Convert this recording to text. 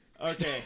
Okay